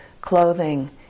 clothing